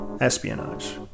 Espionage